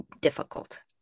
difficult